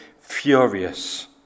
furious